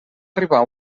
arribar